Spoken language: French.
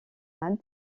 inde